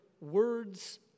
words